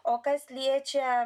o kas liečia